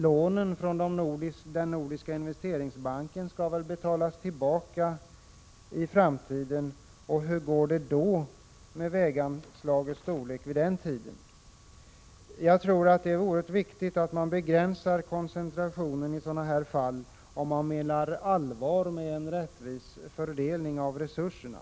Lånen från Nordiska investeringsbanken skall väl betalas tillbaka någon gång i framtiden? Hur går det då med väganslagens storlek vid den tiden? Jag tror att det är oerhört viktigt att man begränsar koncentrationen i sådana här fall, om man menar allvar med en rättvis fördelning av resurserna.